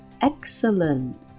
Excellent